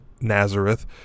Nazareth